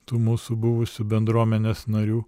tų mūsų buvusių bendruomenės narių